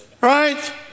right